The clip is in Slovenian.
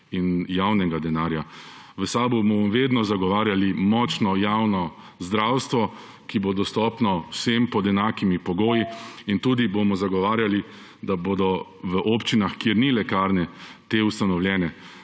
in javnega denarja. V SAB bomo vedno zagovarjali močno, javno zdravstvo, ki bo dostopno vsem pod enakimi pogoji. Zagovarjali bomo tudi, da bomo v občinah, kjer ni lekarne, te ustanovljene.